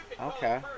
Okay